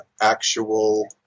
actual